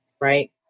Right